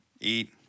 eat